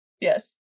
Yes